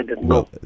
No